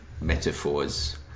metaphors